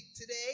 today